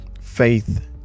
faith